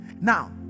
now